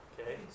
okay